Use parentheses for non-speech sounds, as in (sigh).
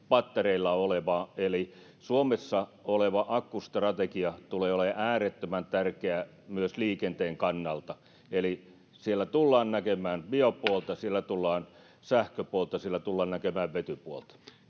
(unintelligible) pattereilla oleva eli suomessa oleva akkustrategia tulee olemaan äärettömän tärkeä myös liikenteen kannalta eli siellä tullaan näkemään biopuolta siellä tullaan näkemään sähköpuolta siellä tullaan näkemään vetypuolta